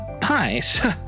pies